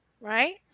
right